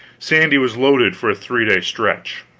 sandy was loaded for a three-day stretch.